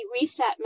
reset